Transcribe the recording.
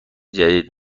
جدید